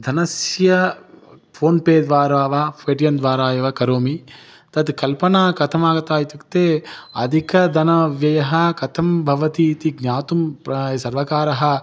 धनस्य PhonePe द्वारा वा पे टि यं द्वारा एव करोमि तद् कल्पना कथमागता इत्युक्ते अधिकः धनव्ययः कथं भवति इति ज्ञातुं प्रा सर्वकारः